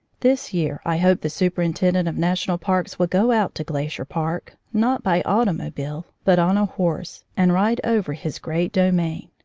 this year i hope the superintendent of national parks will go out to glacier park, not by automobile, but on a horse, and ride over his great domain.